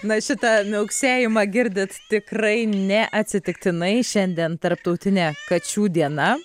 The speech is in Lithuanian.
na šitą miauksėjimą girdit tikrai ne atsitiktinai šiandien tarptautinė kačių diena